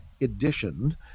edition